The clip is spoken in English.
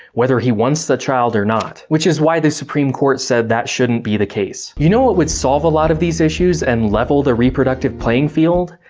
whether he wants the child or not. which is why the supreme court said that shouldn't be the case. you know what would solve a lot of these issues and level the reproductive playing field?